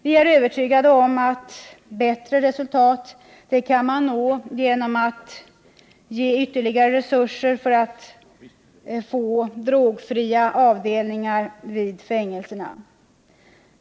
Vi är övertygade om att bättre resultat kan nås genom att man ger ytterligare resurser för att skapa drogfria avdelningar vid fängelserna.